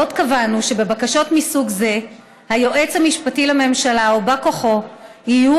עוד קבענו שבבקשות מסוג זה היועץ המשפטי לממשלה או בא כוחו יהיו